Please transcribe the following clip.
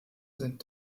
sind